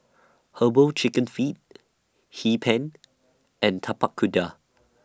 Herbal Chicken Feet Hee Pan and Tapak Kuda